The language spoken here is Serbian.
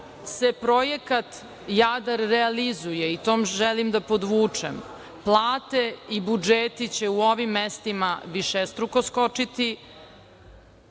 se projekat Jadar realizuje, i to želim da podvučem, plate i budžeti će u ovim mestima višestruko skočiti.